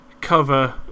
cover